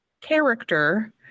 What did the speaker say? character